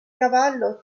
cavallo